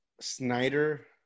Snyder